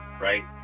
Right